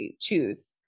choose